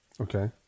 Okay